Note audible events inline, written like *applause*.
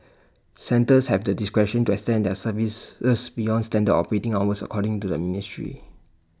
centres have the discretion to extend their services *unintelligible* beyond standard operating hours according to the ministry